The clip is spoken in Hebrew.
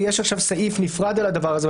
ויש עכשיו סעיף נפרד על הדבר הזה,